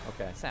Okay